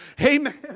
Amen